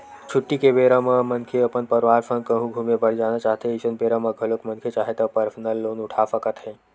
छुट्टी के बेरा म मनखे अपन परवार संग कहूँ घूमे बर जाना चाहथें अइसन बेरा म घलोक मनखे चाहय त परसनल लोन उठा सकत हे